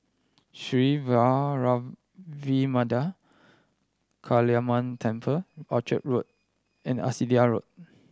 Sri Vairavimada Kaliamman Temple Orchard Road and Arcadia Road